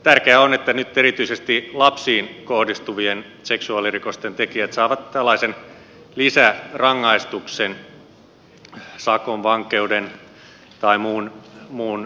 tärkeää on että nyt erityisesti lapsiin kohdistuvien seksuaalirikosten tekijät saavat tällaisen lisärangaistuksen sakon vankeuden tai muun seuraamuksen lisäksi